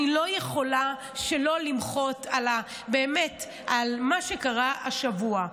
אני לא יכולה שלא למחות, באמת, על מה שקרה השבוע.